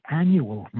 annual